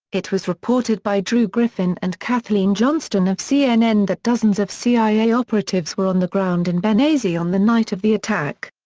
it was reported by drew griffin and kathleen johnston of cnn that dozens of cia operatives were on the ground in and benghazi on the night of the attack.